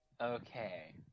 Okay